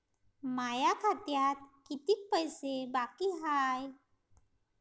माया खात्यात कितीक पैसे बाकी हाय?